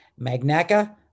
Magnaca